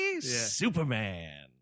superman